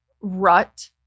rut